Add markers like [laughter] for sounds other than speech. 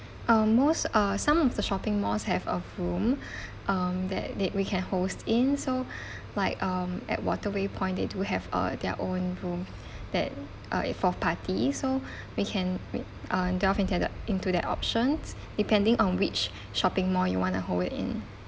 um most uh some of the shopping malls have a room [breath] um that that we can host in so [breath] like um at waterway point they do have uh their own room that uh a for party so [breath] we can read uh delve into the into that options depending on which shopping mall you want to hold it in